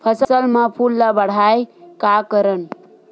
फसल म फूल ल बढ़ाय का करन?